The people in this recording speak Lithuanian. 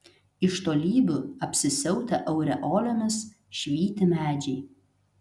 iš tolybių apsisiautę aureolėmis švyti medžiai